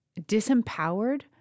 disempowered